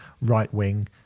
right-wing